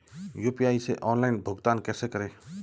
UPI से online भुगतान कैसे करें?